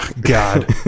God